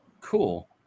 Cool